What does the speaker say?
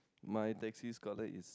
my taxi color is